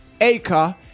acre